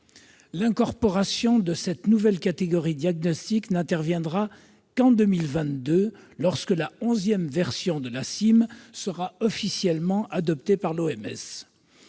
L'incorporation de cette nouvelle catégorie diagnostique n'interviendra qu'en 2022, lorsque la onzième version de la CIM sera officiellement adoptée par l'OMS.